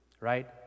right